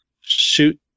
shoot